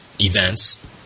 Events